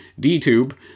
DTube